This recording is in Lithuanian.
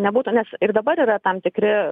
nebūtų nes ir dabar yra tam tikri